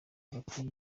hagati